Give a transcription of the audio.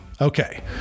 Okay